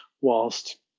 whilst